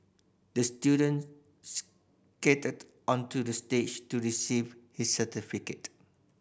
the student skated onto the stage to receive his certificate